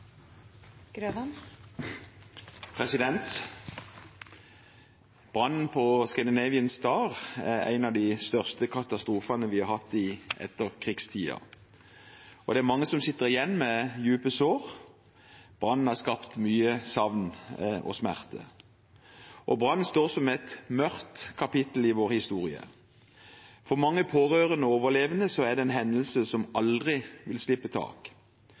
en av de største katastrofene vi har hatt i etterkrigstiden. Det er mange som sitter igjen med dype sår. Brannen har skapt mye savn og smerte. Brannen står som et mørkt kapittel i vår historie. For mange pårørende og overlevende er det en hendelse som aldri vil slippe